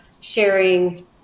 sharing